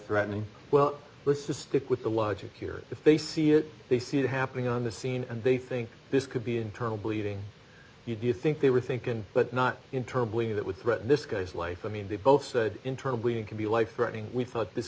threatening well let's just stick with the logic here if they see it they see it happening on the scene and they think this could be internal bleeding you do you think they were thinking but not in term bleeding that would threaten this guy's life i mean they both said internal bleeding could be life threatening we thought this